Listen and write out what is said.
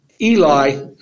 Eli